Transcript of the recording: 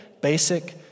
Basic